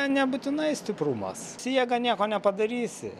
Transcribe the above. nebūtinai stiprumas su jėga nieko nepadarysi